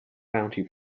bounty